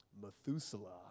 Methuselah